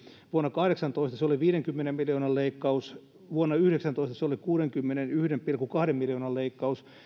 vuonna kaksituhattakahdeksantoista se oli viidenkymmenen miljoonan leikkaus vuonna kaksituhattayhdeksäntoista se oli kuudenkymmenenyhden pilkku kahden miljoonan leikkaus ja